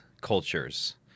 cultures